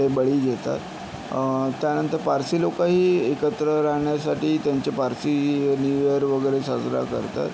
ते बळी घेतात त्यानंतर पारसी लोकंही एकत्र राहण्यासाठी त्यांचे पारसी न्यू ईअर वगैरे साजरा करतात